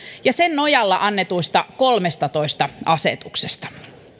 ja sen nojalla annetuista kolmestatoista asetuksesta